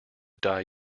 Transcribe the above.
die